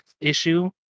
issue